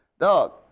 dog